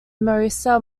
marisa